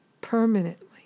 Permanently